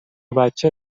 بچه